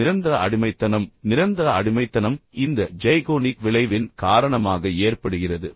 ஒரு நிரந்தர அடிமைத்தனம் நிரந்தர அடிமைத்தனம் இந்த ஜைகோனிக் விளைவின் காரணமாக ஏற்படுகிறது